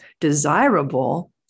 desirable